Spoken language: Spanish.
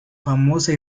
famosa